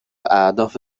اهداف